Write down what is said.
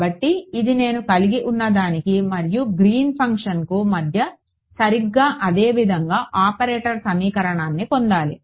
కాబట్టి ఇది నేను కలిగి ఉన్నదానికి మరియు గ్రీన్ ఫంక్షన్కు మధ్య సరిగ్గా అదే విధంగా ఆపరేటర్ సమీకరణాన్ని పొందాలి